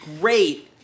great